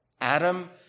Adam